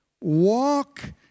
walk